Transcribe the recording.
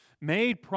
made